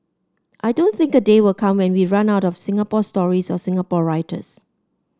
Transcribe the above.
I don't think a day will come where we run out of Singapore stories or Singapore writers